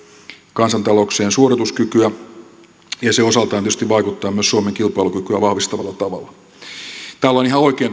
kansantalouksien suorituskykyä ja se osaltaan tietysti vaikuttaa myös suomen kilpailukykyä vahvistavalla tavalla täällä on ihan oikein